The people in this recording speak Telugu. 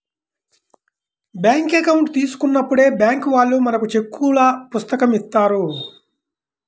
బ్యేంకు అకౌంట్ తీసుకున్నప్పుడే బ్యేంకు వాళ్ళు మనకు చెక్కుల పుస్తకం ఇత్తారు